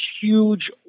huge